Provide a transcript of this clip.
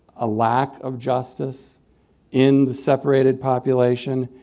a lack of justice in the separated population.